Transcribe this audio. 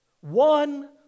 One